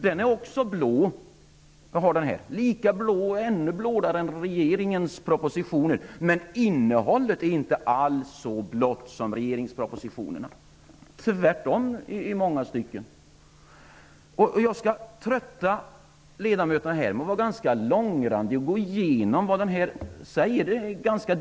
Denna rapport, som jag har här, är också blå, ännu blåare än regeringens propositioner. Men innehållet är inte alls lika blått som regeringspropositionerna -- i många stycken är det tvärtom. Jag skall trötta ledamöterna här i kammaren genom att vara ganska långrandig och gå igenom vad som sägs i rapporten.